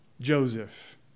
Joseph